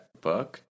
book